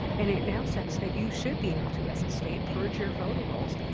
and it now says that you should be able to, as a state, purge your voter rolls.